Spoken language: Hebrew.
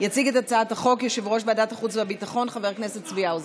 בהצעת חוק הסמכת שירות הביטחון הכללי לסייע במאמץ